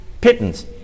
pittance